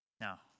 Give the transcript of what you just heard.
Now